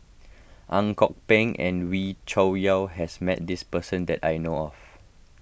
Ang Kok Peng and Wee Cho Yaw has met this person that I know of